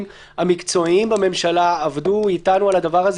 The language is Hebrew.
המקצועיים בממשלה עבדו איתנו על הדבר הזה